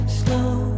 slow